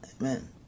Amen